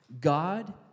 God